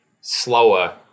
slower